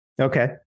Okay